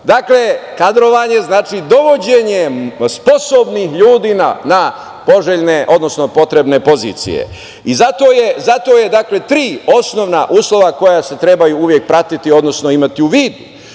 Dakle, kadrovanje znači dovođenje sposobnih ljudi na poželjne, odnosno potrebne pozicije. Tri osnovna su uslova koja se trebaju uvek pratiti, odnosno imati u vidu.